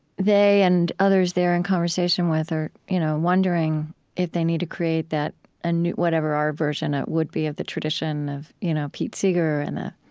they and others they're in conversation with, or you know wondering if they need to create that ah whatever our version would be of the tradition of you know pete seeger and the